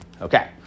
Okay